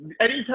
anytime